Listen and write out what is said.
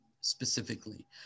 specifically